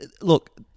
look